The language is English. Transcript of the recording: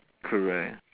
correct